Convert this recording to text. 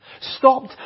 stopped